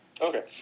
Okay